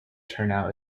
turnout